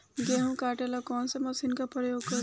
गेहूं काटे ला कवन मशीन का प्रयोग करी?